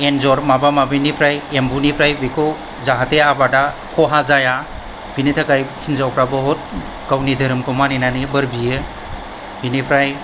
एन्जर माबा माबिनिफ्राय एम्बुनिफ्राय बिखौ जाहाथे आबादा खहा जाया बिनि थाखाय हिन्जावफ्रा बहुत गावनि धोरोमखौ मानिनानै बोर बियो बिनिफ्राय